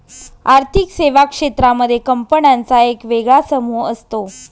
आर्थिक सेवा क्षेत्रांमध्ये कंपन्यांचा एक वेगळा समूह असतो